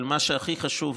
אבל מה שהכי חשוב,